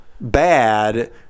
bad